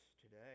today